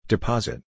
Deposit